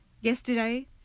yesterday